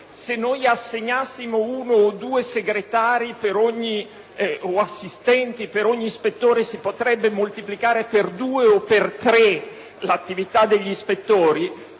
se assegnassimo uno o due segretari o assistenti per ogni ispettore si potrebbe moltiplicare per due o per tre l'attività degli ispettori.